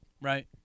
right